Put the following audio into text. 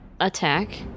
attack